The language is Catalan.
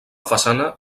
façana